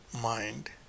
mind